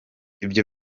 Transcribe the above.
ibyo